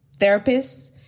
therapists